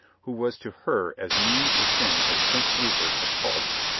who was to her as mean a thing as prince rupert had called him.